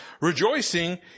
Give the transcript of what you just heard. rejoicing